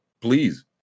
Please